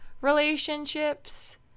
relationships